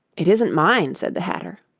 it isn't mine said the hatter.